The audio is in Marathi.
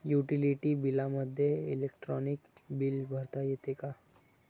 युटिलिटी बिलामध्ये इलेक्ट्रॉनिक बिल भरता येते का?